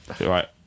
right